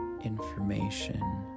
information